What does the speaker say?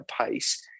pace